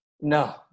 No